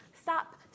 Stop